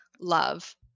love